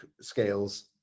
scales